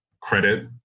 credit